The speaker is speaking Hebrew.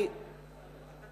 אני